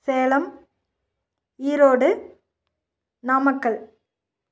Salem Erode Namakkal